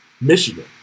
Michigan